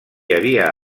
havia